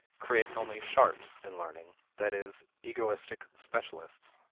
creates only sharps in learning that is, egoistic specialists.